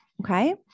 okay